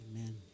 Amen